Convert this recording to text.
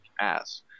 ass